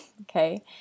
Okay